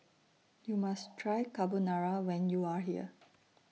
YOU must Try Carbonara when YOU Are here